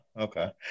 Okay